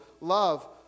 love